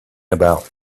about